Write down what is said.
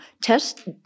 test